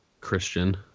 Christian